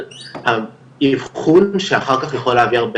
אבל האי אבחון שאחר כך יכול להגיע להרבה